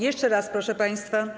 Jeszcze raz, proszę państwa.